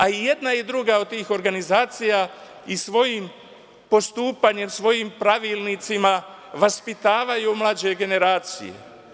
A i jedna i druga od tih organizacija svojim postupanjem i svojim pravilnicima vaspitavaju mlađe generacije.